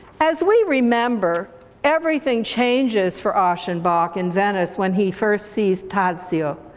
as we remember everything changes for aschenbach in venice when he first sees tadzio,